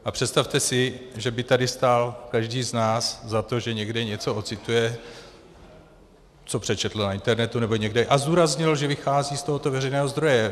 A představte si, že by tady stál každý z nás za to, že někde něco ocituje, co přečetl na internetu nebo někde, a zdůraznil, že vychází z tohoto veřejného zdroje.